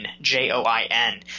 J-O-I-N